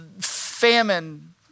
Famine